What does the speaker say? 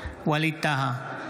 ווליד טאהא,